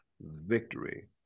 victory